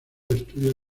estudios